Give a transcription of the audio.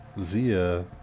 Zia